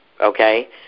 okay